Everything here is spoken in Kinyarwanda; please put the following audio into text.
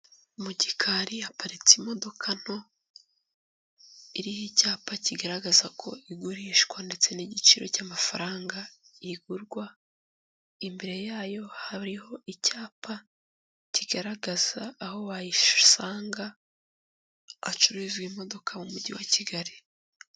Mu gikari, haparitse imodoka nto iriho icyapa kigaragaza ko igurishwa ndetse n'igiciro cy'amafaranga igurwa; imbere yayo hariho icyapa kigaragaza aho wayisanga hacururizwa imodoka, mu mujyi wa Kigali.